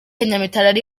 nyamitali